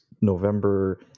November